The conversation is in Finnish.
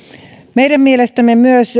meidän mielestämme myös